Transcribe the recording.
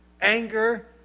anger